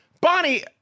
Bonnie